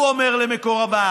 הוא אומר למקורביו,